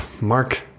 Mark